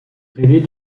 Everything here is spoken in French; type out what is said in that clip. rêvait